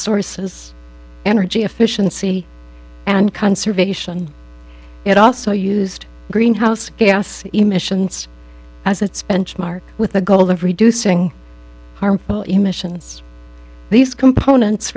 sources energy efficiency and conservation it also used greenhouse gas emissions as its benchmark with the goal of reducing harmful emissions these components